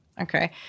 Okay